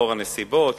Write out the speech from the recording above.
בגלל הנסיבות,